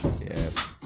Yes